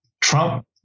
Trump